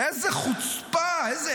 איזו חוצפה.